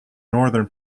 northern